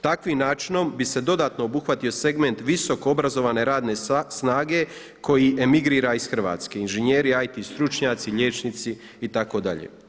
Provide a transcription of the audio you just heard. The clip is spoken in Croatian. Takvim načinom bi se dodatno obuhvatio segment visokoobrazovane radne snage koji emigrira iz Hrvatske, inženjeri, IT stručnjaci, liječnici itd.